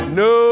no